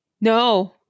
no